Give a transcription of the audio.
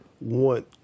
want